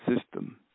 system